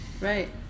Right